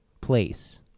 Place